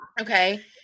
Okay